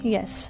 Yes